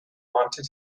wanted